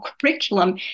curriculum